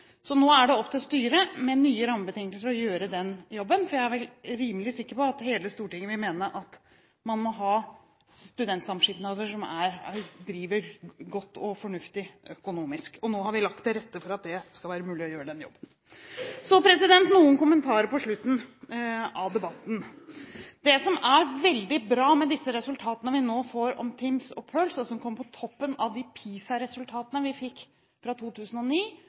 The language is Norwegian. Så nå er det opp til styret, med nye rammebetingelser, å gjøre den jobben. Jeg er rimelig sikker på at hele Stortinget vil mene at man må ha studentsamskipnader som drives godt og fornuftig økonomisk, og nå har vi lagt til rette for at det skal være mulig å gjøre den jobben. Så noen kommentarer på slutten av debatten. Det som er veldig bra med disse resultatene vi nå får fra TIMSS og PIRLS, og som kommer på toppen av de PISA-resultatene vi fikk fra 2009,